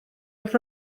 wrth